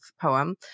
poem